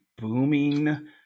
booming